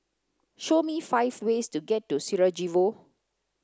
show me five ways to get to Sarajevo